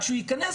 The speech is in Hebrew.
זריזה?